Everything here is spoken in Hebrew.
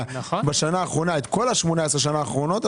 בשנה האחרונה את כל ה-18 שנים האחרונות,